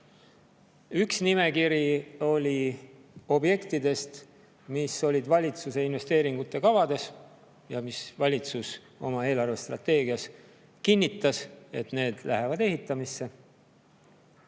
Üks nimekiri oli objektidest, mis olid valitsuse investeeringute kavades ja mille puhul valitsus eelarvestrateegias kinnitas, et need lähevad ehitusse.